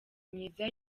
myiza